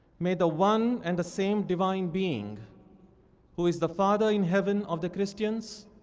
may the one and the same divine being who is the father in heaven of the christians,